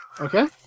Okay